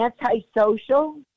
antisocial